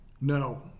No